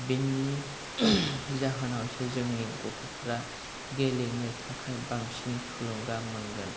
बिनि जाहोनावसो जोंनि गथ'फ्रा गेलेनो थाखाय बांसिन थुलुंगा मोनगोन